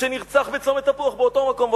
שנרצח בצומת תפוח, באותו מקום.